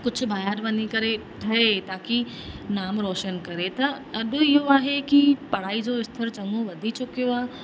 कुझु ॿाहिरि वञी करे ठहे ताकी नाम रोशन करे त अॼु इहो आहे कि पढ़ाई जो स्तर चङो वधी चुकियो आहे